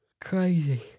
Crazy